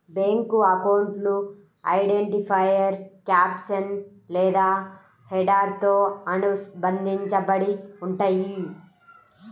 bank అకౌంట్లు identifier caption లేదా హెడర్తో అనుబంధించబడి ఉంటయ్యి